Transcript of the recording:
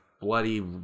bloody